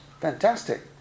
fantastic